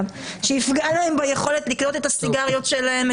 שיפגע להם ביכולת לקנות את הסיגריות שלהם,